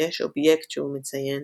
ויש אובייקט שהוא מציין,